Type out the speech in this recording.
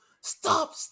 Stop